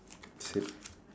shit